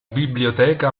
biblioteca